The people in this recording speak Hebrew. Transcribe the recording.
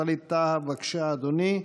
חבר הכנסת ווליד טאהא, בבקשה, אדוני,